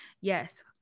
yes